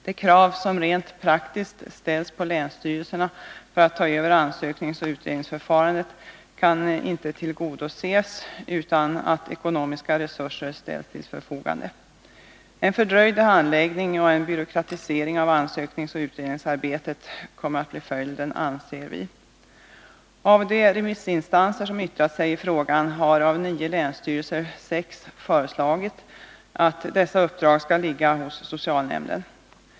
De krav som rent praktiskt ställs på länsstyrelserna för att ta över ansökningsoch utredningsförfarandet kan inte tillgodoses utan att ekonomiska resurser ställs till förfogande. En fördröjning av handläggningen och en byråkratisering av ansökningsoch utredningsarbetet kommer, enligt vår åsikt, att bli följden. Av de remissinstanser som har yttrat sig i frågan har av nio länsstyrelser sex föreslagit att uppdragen skall åvila socialnämnden.